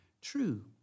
true